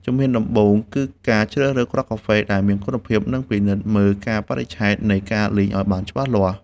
ជំហានដំបូង គឺការជ្រើសរើសគ្រាប់កាហ្វេដែលមានគុណភាព និងពិនិត្យមើលកាលបរិច្ឆេទនៃការលីងឱ្យបានច្បាស់លាស់។